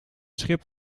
schip